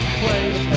place